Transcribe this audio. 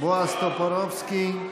בועז טופורובסקי,